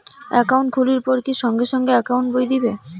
Account খুলির পর কি সঙ্গে সঙ্গে একাউন্ট বই দিবে?